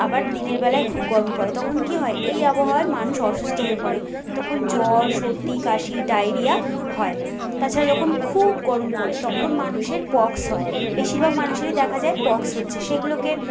আবার দিনের বেলায় খুব গরম পড়ে তখন কি হয় এই আবহাওয়ায় মানুষ অসুস্থ হয়ে পড়ে তখন জ্বর সর্দি কাশি ডায়রিয়া হয় তাছাড়া যখন খুব গরম পড়ে তখন মানুষের পক্স হয় বেশিরভাগ মানুষেরই দেখা যায় পক্স হচ্ছে সেগুলোকে